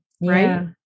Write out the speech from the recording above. right